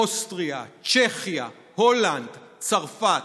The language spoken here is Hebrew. אוסטריה, צ'כיה, הולנד, צרפת,